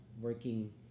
working